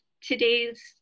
today's